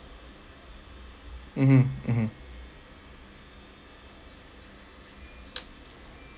mmhmm mmhmm